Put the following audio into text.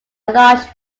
large